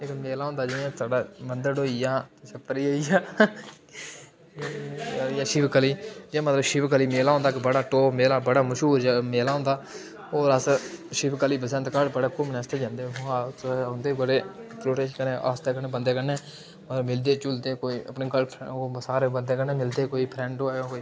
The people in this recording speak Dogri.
इक मेला होंदा जि'यां साढ़ा मंदढ़ होई आ छपरी होई आ होई आ शिवगली जि'यां मतलब शिवगली मेला होंदा इक बड़ा टॉप मेला बड़ा मश्हूर मेला होंदा होर अस शिवगली बसंतगढ़ बड़ा घूमने आस्तै जंदे उ'आं उत्थै उं'दे बड़े प्रोटेशनरें आस्तै कन्नै बंदे कन्नै मिलदे जुलदे कोई अपनी गर्लफ्रैं कोई सारे बंदे कन्नै मिलदे अपने फ्रैंड होऐ जां कोई